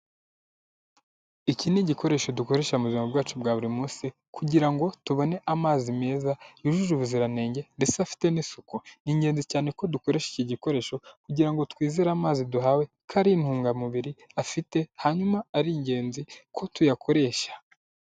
Iki ni igikoresho dukoresha mu buzima bwacu bwa buri munsi kugira ngo tubone amazi meza yujuje ubuziranenge ndetse afite n'isuku. Ni ingenzi cyane ko dukoresha iki gikoresho kugira ngo twizere amazi duhawe ko ari intungamubiri afite hanyuma ari ingenzi ko tuyakoresha.